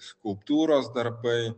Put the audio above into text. skulptūros darbai